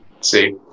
See